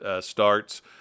Starts